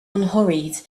unhurried